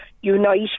Unite